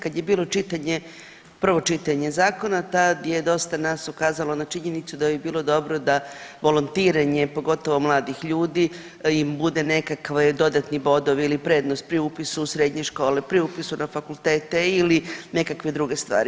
Kada je bilo prvo čitanje zakona tad je dosta nas ukazalo na činjenicu da bi bilo dobro da volontiranje, pogotovo mladih ljudi bude nekakvi dodatni bodovi ili prednost pri upisu u srednje škole, pri upisu na fakultete ili nekakve druge stvari.